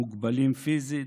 המוגבלים פיזית?